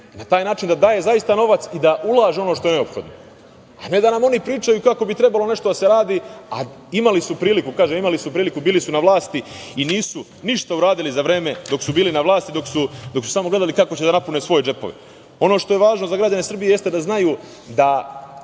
na taj način što zaista daje novac i što ulaže u ono što je neophodno, a ne da nam oni pričaju kako bi trebalo nešto da se radi, a imali su priliku, bili su na vlasti i nisu uradili ništa za vreme dok su bili na vlasti, dok su samo gledali kako će da napune svoje džepove. Ono što je važno za građane Srbije jeste da znaju da